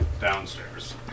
downstairs